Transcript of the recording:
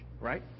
right